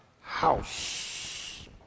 house